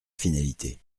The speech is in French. finalité